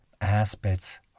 aspects